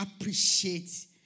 appreciate